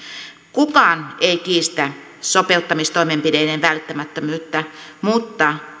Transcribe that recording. kukaan ei kiistä sopeuttamistoimenpiteiden välttämättömyyttä mutta